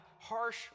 harsh